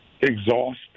exhaust